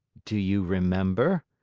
do you remember?